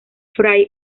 fray